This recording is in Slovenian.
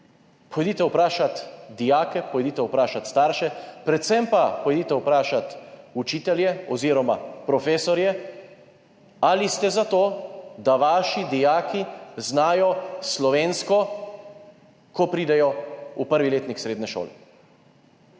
Pojdite vprašat dijake, pojdite vprašat starše, predvsem pa pojdite vprašat učitelje oziroma profesorje, ali ste za to, da vaši dijaki znajo slovensko, ko pridejo v 1. letnik srednje šole.